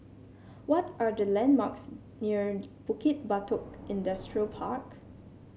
what are the landmarks near Bukit Batok Industrial Park